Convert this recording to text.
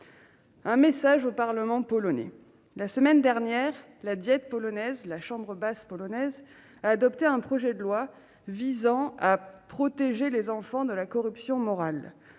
un message au parlement polonais. La semaine dernière, la Diète, chambre basse polonaise, a adopté un projet de loi visant à « protéger les enfants de la corruption morale